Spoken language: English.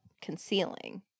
concealing